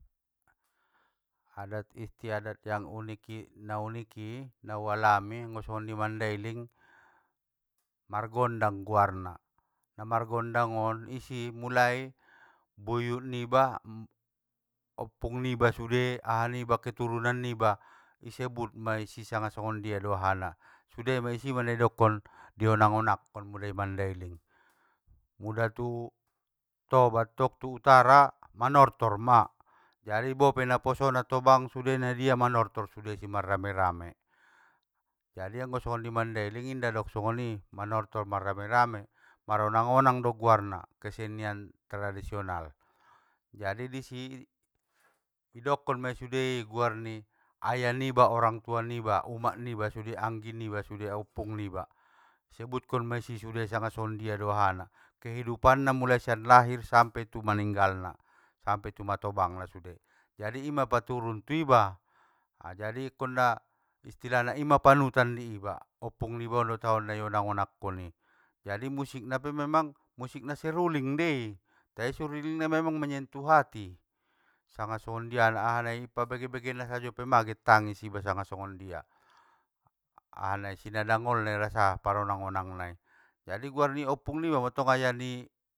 Adat istiadat yang uniki- na uniki, nau alamai anggo songon di mandailing, margondang guarna, namargondang on isi, mulai buyut niba oppung niiba sude, aha niba keturunan niba, isebut maisi sanga songondia do ahana, sude ma isi mai dokkon, di onang onang kon muda i mandailing. Muda tu toba tong, tu utara manortor ma, jadi bope naposo na tobang sudena nia manortor sude si mar rame rame, jadi anggo songon i mandailing, inda dong songoni, manortor mar rame rame, maronang onang do guarna, kesenian tradisional. Jadi di si, i dokon mei sude guarni ayah niba orang tua niba uumak niba sude anggi niba sude aoupung niba, i sebutkon mei sude sanga songondia do ahana, kehidupanna mulai sian lahir, sampe tu maninggal na, sampe tu matobang na sude, jadi ima paturun tu iba!, jadi akkonna istilahna ima panutan di iba, oppung nibaon dot ahaon na i onang onang kon i, jadi musikna pe memang musik na seruling dei!, tai serulingna memang manyentuh hati, sanga songondiana ahanai i pabege bege na sajo pe ma get tangis iba sanga songondia, aha nai si na dangolna irasa paronang onang nai, jadi guar ni opung niba matong ayah ni.